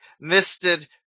misted